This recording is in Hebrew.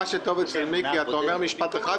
מה שטוב אצל מיקי הוא שאתה אומר משפט אחד,